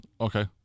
Okay